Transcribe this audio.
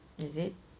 is it